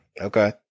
okay